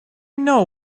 know